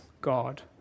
God